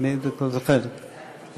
לא זוכר,